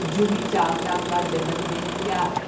जूही चावला का जन्मदिन क्या है